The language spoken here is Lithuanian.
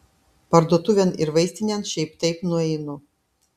parduotuvėn ir vaistinėn šiaip taip nueinu